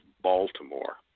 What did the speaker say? Baltimore